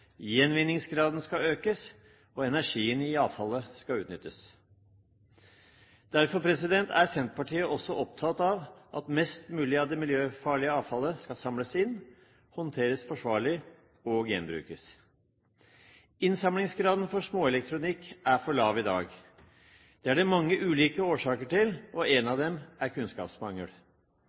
gjenvinningsgraden skal økes, og energien i avfallet skal utnyttes. Derfor er Senterpartiet også opptatt av at mest mulig av det miljøfarlige avfallet skal samles inn, håndteres forsvarlig og gjenbrukes. Innsamlingsgraden for småelektronikk er for lav i dag. Det er det mange ulike årsaker til, og én av dem er kunnskapsmangel.